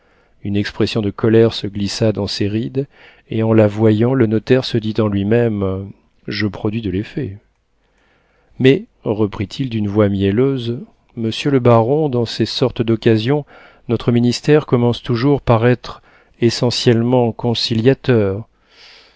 une expression de colère se glissa dans ses rides et en la voyant le notaire se dit en lui-même je produis de l'effet mais reprit-il d'une voix mielleuse monsieur le baron dans ces sortes d'occasions notre ministère commence toujours par être essentiellement conciliateur